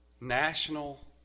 National